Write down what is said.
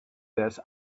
this